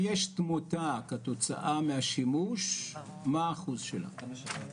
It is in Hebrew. האם יש תמותה כתוצאה מהשימוש ומה האחוז שלה?